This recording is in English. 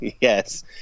Yes